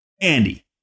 Andy